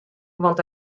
want